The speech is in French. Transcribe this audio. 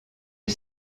est